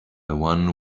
one